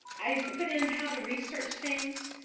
i put in how to research things.